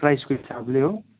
प्राइसको हिसाबले हो